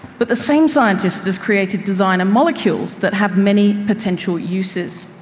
but the same scientist has created designer molecules that have many potential uses.